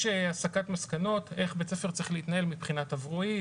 הסקת מסקנות איך בית ספר צריך להתנהל מבחינת בריאות,